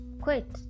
quit